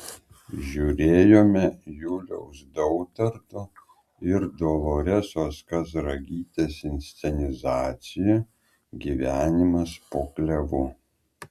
žiūrėjome juliaus dautarto ir doloresos kazragytės inscenizaciją gyvenimas po klevu